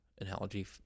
analogy